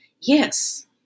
yes